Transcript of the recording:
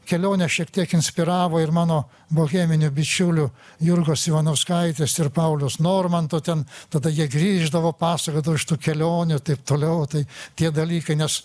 kelionę šiek tiek inspiravo ir mano boheminių bičiulių jurgos ivanauskaitės ir pauliaus normanto ten tada jie grįždavo pasakodavo iš tų kelionių taip toliau tai tie dalykai nes